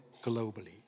globally